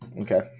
okay